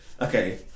okay